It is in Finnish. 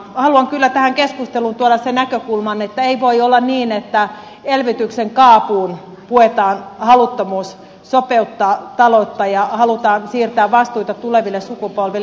haluan kyllä tähän keskusteluun tuoda sen näkökulman että ei voi olla niin että elvytyksen kaapuun puetaan haluttomuus sopeuttaa taloutta ja halutaan siirtää vastuuta tuleville sukupolville